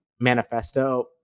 manifesto